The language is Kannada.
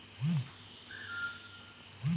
ನನಿಗೆ ಸ್ವಲ್ಪ ಮಾಹಿತಿ ಬೇಕು